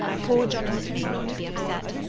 poor jonathan may not be upset,